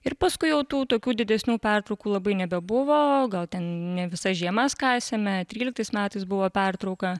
ir paskui jau tų tokių didesnių pertraukų labai nebebuvo o gal ten ne visa žiema kasėme tryliktais metais buvo pertrauka